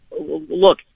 look